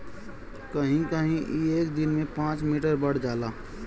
कहीं कहीं ई एक दिन में पाँच मीटर बढ़ जाला